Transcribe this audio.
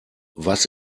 was